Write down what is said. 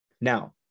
Now